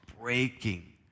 breaking